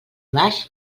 baix